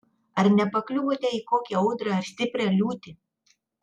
ar nepakliuvote į kokią audrą ar stiprią liūtį